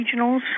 regionals